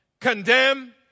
condemn